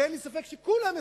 אין לי ספק שכולם,